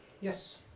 Yes